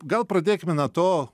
gal pradėkime nuo to